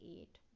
eight